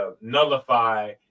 nullify